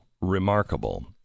remarkable